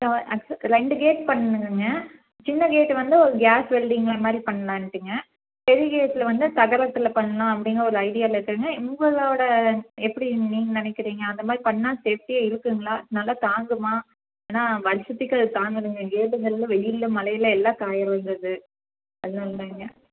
ஓ அட்ஸ் ரெண்டு கேட் பண்ணணுங்க சின்ன கேட் வந்து கேஸ் வெல்டிங் மாதிரி பண்ணலான்ட்டுங்க பெரிய கேட்டில் வந்து தகரத்தில் பண்ணலாம் அப்படிங்கற ஒரு ஐடியாவில் இருக்கிறேங்க உங்களோடய எப்படி நீங்கள் நினைக்கிறீங்க அந்தமாதிரி பண்ணால் சேஃப்டியாக இருக்குங்களா நல்லா தாங்குமா ஏன்னால் வருஷத்துக்கு அது தாங்கணுங்க கேட்டுங்கிறது வெயிலில் மழைல எல்லாம் காய்கிறது அது அதனால்தாங்க